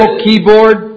keyboard